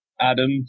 Adam